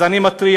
אז אני מתריע.